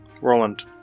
Roland